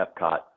Epcot